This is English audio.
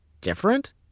different